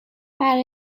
برای